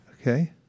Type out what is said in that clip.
Okay